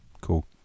cool